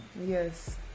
Yes